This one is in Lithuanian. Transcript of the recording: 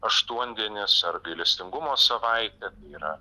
aštuondienis ar gailestingumo savaitė yra